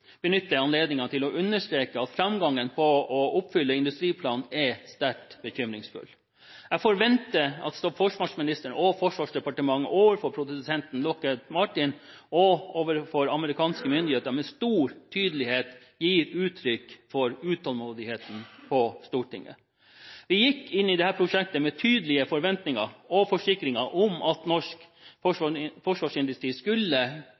benytte anledningen til å understreke at framgangen med hensyn til å oppfylle industriplanen er sterkt bekymringsfull. Jeg forventer at forsvarsministeren og Forsvarsdepartementet overfor produsenten Lockheed Martin og overfor amerikanske myndigheter med stor tydelighet gir uttrykk for utålmodigheten i Stortinget. Vi gikk inn i dette prosjektet med tydelige forventninger og forsikringer om at norsk forsvarsindustri skulle